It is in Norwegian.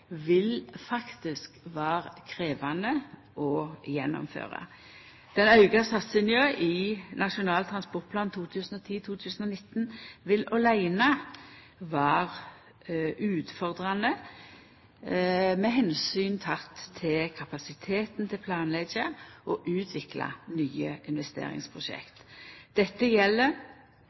vil faktisk vera krevjande å gjennomføre. Den auka satsinga i Nasjonal transportplan 2010–2019 vil aleine vera utfordrande med omsyn til kapasiteten til å planleggja og utvikla nye investeringsprosjekt. Dette gjeld